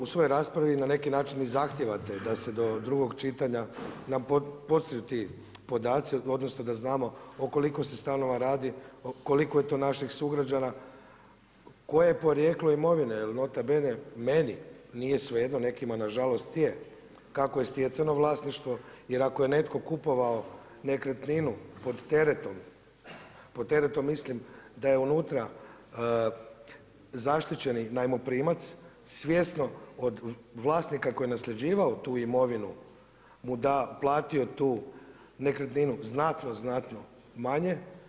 U svojoj raspravi na neki način i zahtijevate da se do drugog čitanja … podaci, odnosno da znamo o koliko se stanova radi, koliko je to naših sugrađana, koje je porijeklo imovine jer nota bene meni nije svejedno, nekima nažalost je kako je stjecano vlasništvo jer ako je netko kupovao nekretninu pod teretom, pod teretom mislim da je unutra zaštićeni najmoprimac svjesno od vlasnika koji je nasljeđivao tu imovinu onda platio tu nekretninu znatno znatno manje.